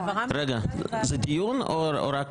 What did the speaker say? זה דיון או רק